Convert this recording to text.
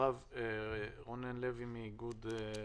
רונן לוי מאיגוד המוסכים.